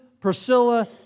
Priscilla